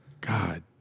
God